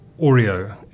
Oreo